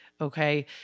Okay